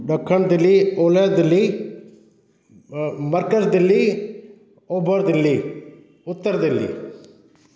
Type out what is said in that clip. ॾखिणु दिल्ली ओलहु दिल्ली मर्कज़ दिल्ली ओभरु दिल्ली उत्तर दिल्ली